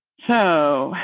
so.